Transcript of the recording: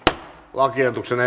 lakiehdotuksen